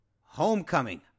homecoming